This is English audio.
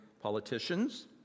politicians